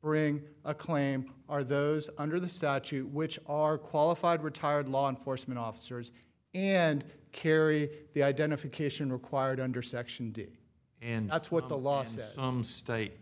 bring a claim are those under the statute which are qualified retired law enforcement officers and carry the identification required under section d and that's what the law says state